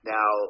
Now